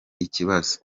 ikibazo